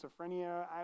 schizophrenia